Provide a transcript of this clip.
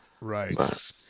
Right